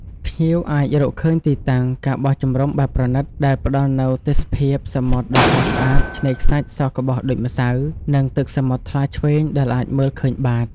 ភ្ញៀវអាចរកឃើញទីតាំង ការបោះជំរំបែបប្រណីត ដែលផ្តល់នូវទេសភាពសមុទ្រដ៏ស្រស់ស្អាត ឆ្នេរខ្សាច់សក្បុសដូចម្សៅ និងទឹកសមុទ្រថ្លាឈ្វេងដែលអាចមើលឃើញបាត។